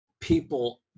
people